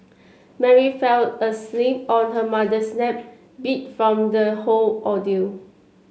Mary fell asleep on her mother's lap beat from the whole ordeal